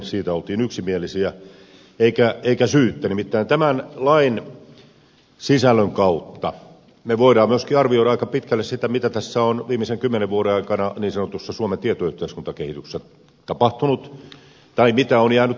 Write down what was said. siitä oltiin yksimielisiä eikä syyttä nimittäin lain sisällön kautta me voimme myöskin arvioida aika pitkälle sitä mitä tässä on viimeisen kymmenen vuoden aikana niin sanotussa suomen tietoyhteiskuntakehityksessä tapahtunut tai mitä on jäänyt tapahtumatta